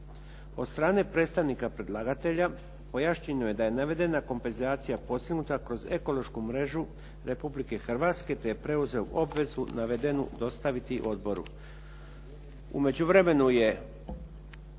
Od strane predstavnika predlagatelja pojašnjeno je da je navedena kompenzacija postignuta kroz ekološku mrežu Republike Hrvatske, te je preuzeo obvezu navedenu dostaviti odboru.